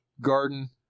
garden